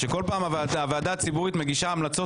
שכל פעם הוועדה הציבורית מגישה המלצות